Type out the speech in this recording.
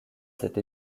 cette